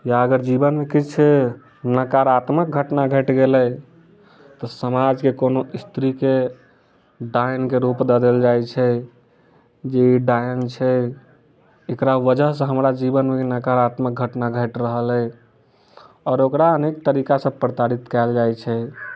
या अगर जीवन मे किछु नकारात्मक घटना घटि गेलै तऽ समाज के कोनो स्त्री के डायन के रूप दए देल जाइ छै जे ई डायन छै एकरा वजह सँ हमरा जीवन मे नकारात्मक घटना घटि रहल अछि आओर ओकरा अनेक तरीका सँ प्रताड़ित कयल जाइ छै